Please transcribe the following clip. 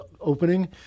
opening